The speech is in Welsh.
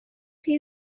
chi